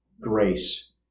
grace